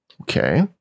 Okay